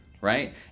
right